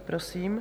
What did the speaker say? Prosím.